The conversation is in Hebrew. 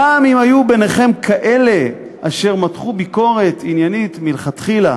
גם אם היו ביניכם כאלה אשר מתחו ביקורת עניינית מלכתחילה,